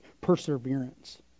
perseverance